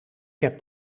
heb